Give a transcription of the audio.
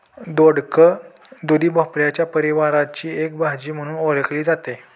दोडक, दुधी भोपळ्याच्या परिवाराची एक भाजी म्हणून ओळखली जाते